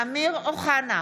אמיר אוחנה,